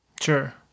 Sure